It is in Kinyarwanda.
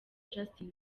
justin